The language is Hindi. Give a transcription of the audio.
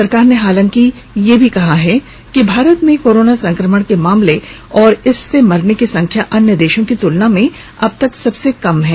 सरकार ने हालांकि यह भी कहा है कि भारत में कोरोना संक्रमण के मामले और इससे मरने वालों की संख्या अन्य देशों की तुलना में अब भी सबसे कम बनी हुई है